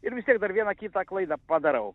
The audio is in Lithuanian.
ir vis tiek dar vieną kitą klaidą padarau